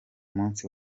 musi